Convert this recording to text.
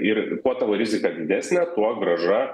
ir kuo tavo rizika didesnė tuo grąža